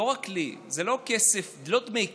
לא רק לי, זה לא דמי כיס,